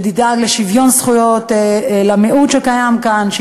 שתדאג לשוויון זכויות למיעוט שקיים כאן,